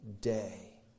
day